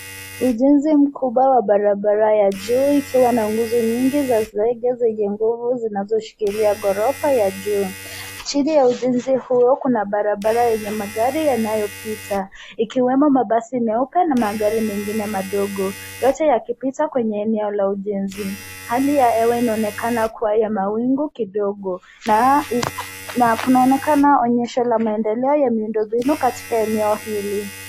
Ujenzi mkubwa wa barabara ya juu ukiwa na nguzo nyingi za zege zenye nguvu zinazishikilia ghorofa ya juu. Chini ya ujenzi huu kuna mabarabara yenye magari yanayopita ikiwemo mabasi meupe na magari mengine madogo yote yakipita kwenye eneo la ujenzi. Hali ya hewa inaonekana kuwa ya mawingu kidogo na kunaonekana onyesho la maendelo ya miundombinu katika eneo hili.